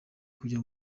kujya